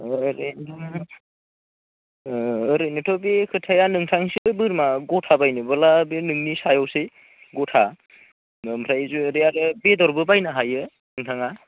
ओरैनो ओरैनोथ' बि खोथाया नोंथांनिसो बोरमा गथा बायोबोला बे नोंनि सायावसै गथा ओमफ्राय जुदि आरो बेदरबो बायनो हायो नोंथाङा